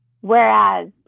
Whereas